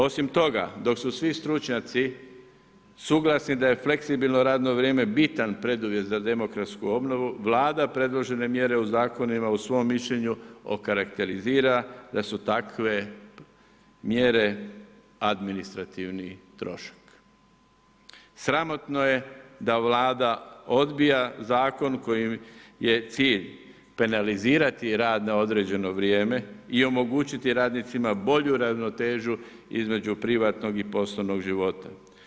Osim toga, dok su svi stručnjaci suglasni da je fleksibilno radno vrijeme bitan preduvjet za demokratsku obnovu, Vlada predložene mjere u zakonima u svom mišljenju okarekterizira da su takve mjere administrativni trošak. sramotno je da Vlada odbija zakon koji je cilj penalizirati rad na određeno vrijeme i omogućiti radnicima bolju ravnotežu između privatnog i poslovnog života.